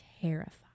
terrified